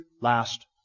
last